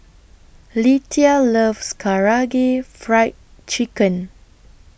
Lethia loves Karaage Fried Chicken